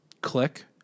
click